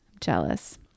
Jealous